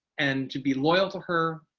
and to be loyal to her,